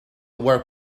work